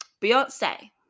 beyonce